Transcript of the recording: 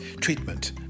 treatment